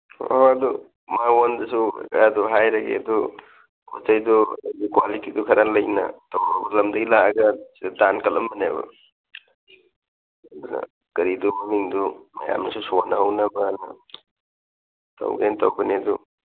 ꯍꯣꯏ ꯍꯣꯏ ꯑꯗꯨ ꯃꯥꯉꯣꯟꯗꯁꯨ ꯑꯗꯨ ꯍꯥꯏꯔꯒꯦ ꯑꯗꯨ ꯄꯣꯠ ꯆꯩꯗꯨ ꯀ꯭ꯋꯥꯂꯤꯇꯤꯗꯨ ꯈꯔ ꯂꯩꯅ ꯇꯧꯔꯛꯑꯣ ꯂꯝꯗꯒꯤ ꯂꯥꯛꯑꯒ ꯁꯤꯗ ꯗꯥꯟ ꯀꯠꯂꯝꯕꯅꯦꯕ ꯑꯗꯨꯅ ꯀꯔꯤꯗꯨ ꯃꯃꯤꯡꯗꯨ ꯃꯌꯥꯝꯅꯁꯨ ꯁꯣꯟꯅꯍꯧꯅꯕꯅ ꯇꯧꯒꯦꯅ ꯇꯧꯕꯅꯤ ꯑꯗꯨ